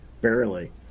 barely